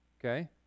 Okay